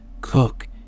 Cook